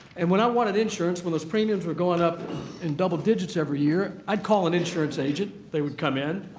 and when i wanted insurance when those premiums were going up in double digits every year, i'd call an insurance agent, they would come in,